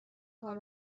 کار